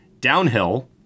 downhill